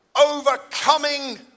overcoming